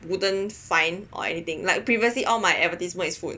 I wouldn't find or anything like previously all my advertisements is food